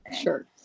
sure